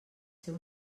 ser